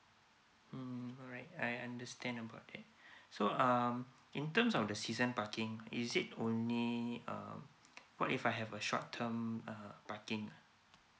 mm alright I understand about that so um in terms of the season parking is it only uh what if I have a short term uh parking